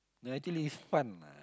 no actually it's fun lah